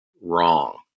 wrong